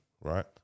right